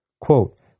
Quote